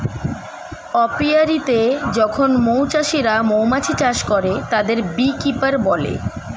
অপিয়া রীতে যখন মৌ চাষিরা মৌমাছি চাষ করে, তাদের বী কিপার বলে